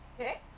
okay